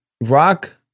rock